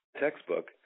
textbook